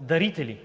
дарители.